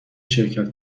شرکت